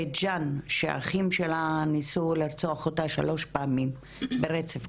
בבית ג'אן שהאחים שלה ניסו לרצוח אותה שלוש פעמים ברצף,